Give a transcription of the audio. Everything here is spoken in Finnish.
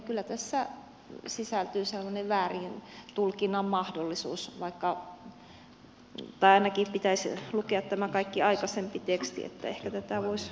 kyllä tähän sisältyy sellainen väärintulkinnan mahdollisuus tai ainakin pitäisi lukea kaikki tämä aikaisempi teksti niin että ehkä voisi vielä miettiä tätä kirjaamista